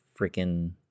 freaking